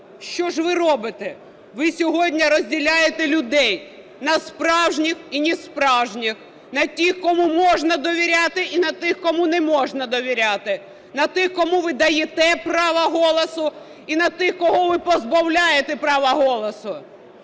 Що ж ви робите? Ви сьогодні розділяєте людей: на справжніх і несправжніх, на тих кому можна довіряти і на тих кому не можна довіряти, на тих кому ви даєте право голосу і на тих кого ви позбавляєте права голосу.